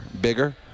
bigger